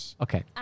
Okay